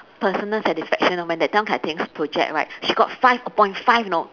personal satisfaction know that time kai ting's project right she got five upon five you know